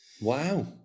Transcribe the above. Wow